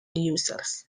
users